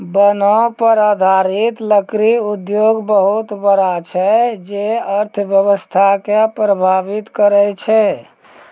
वनो पर आधारित लकड़ी उद्योग बहुत बड़ा छै जे अर्थव्यवस्था के प्रभावित करै छै